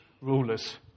rulers